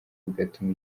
bigatuma